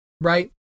right